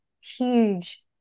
huge